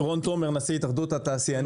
רון תומר, נשיא התאחדות התעשיינים.